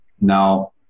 Now